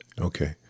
Okay